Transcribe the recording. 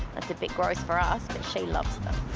that's a bit gross for us but she loves them.